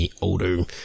older